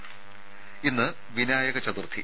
ദർദ ഇന്ന് വിനായക ചതുർത്ഥി